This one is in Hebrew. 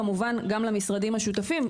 כמובן שגם למשרדים השותפים,